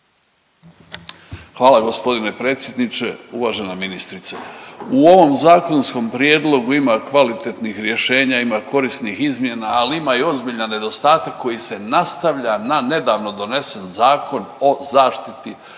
Hvala g. predsjedniče. Uvažena ministrice, u ovom zakonskom prijedlogu ima kvalitetnih rješenja, ima korisnih izmjena, ali ima i ozbiljan nedostatak koji se nastavlja na nedavno donesen Zakon o zaštiti hrvatskog